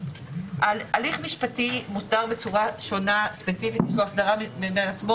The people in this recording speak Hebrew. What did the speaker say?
הליך משפטי מוסדר בצורה שונה ספציפית ויש לו הסדרה בעצמו